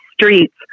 streets